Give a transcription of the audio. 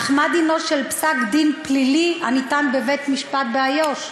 אך מה דינו של פסק-דין פלילי הניתן בבית-משפט באיו"ש?